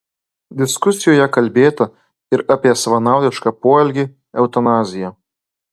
diskusijoje kalbėta ir apie savanaudišką poelgį eutanaziją